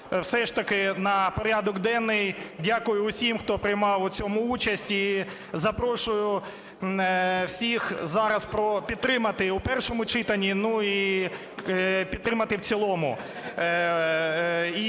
все ж таки на порядок денний. Дякую всім, хто приймав у цьому участь, і запрошую всіх зараз підтримати у першому читанні і підтримати в цілому.